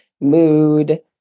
mood